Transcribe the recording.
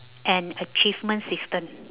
an achievement system